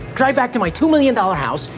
drive back to my two million dollars house,